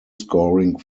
scoring